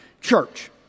Church